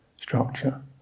structure